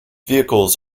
vehicles